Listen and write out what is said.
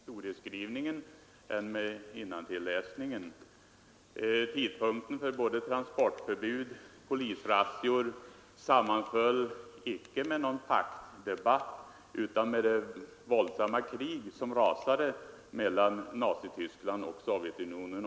Herr talman! Herr Ahlmark är inte mer noga med historieskrivningen än med innantilläsningen. Tidpunkten för transportförbud och andra attacker mot demokratin sammanföll icke med någon paktdebatt utan mera med det våldsamma krig som rasade mellan Nazityskland och Sovjetunionen.